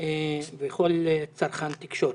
וכל צרכן תקשורת.